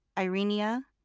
irenia,